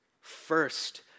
first